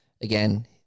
again